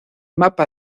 mapa